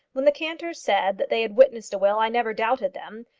when the cantors said that they had witnessed a will, i never doubted them.